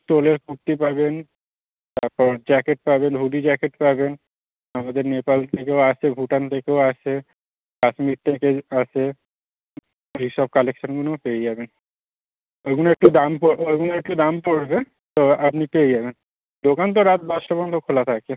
স্টোলের কুর্তি পাবেন তারপর জ্যাকেট পাবেন হুডি জ্যাকেট পাবেন আমাদের নেপাল থেকেও আসে ভুটান থেকেও আসে কাশ্মীর থেকে আসে এই সব কালেকশানগুনোও পেয়ে যাবেন ওইগুনো একটু দাম পড়বে ওইগুলো একটু দাম পড়বে তো আপনি পেয়ে যাবেন দোকান তো রাত দশটা পর্যন্ত খোলা থাকে